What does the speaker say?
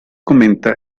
comenta